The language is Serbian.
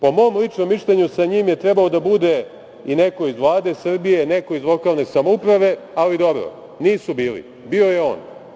Po mom ličnom mišljenju, sa njim je trebao da bude i neko iz Vlade Srbije, neko iz lokalne samouprave, ali dobro, nisu bili, bio je on.